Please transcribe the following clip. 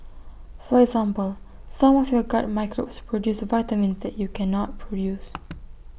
for example some of your gut microbes produce vitamins that you cannot produce